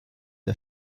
der